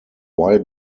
why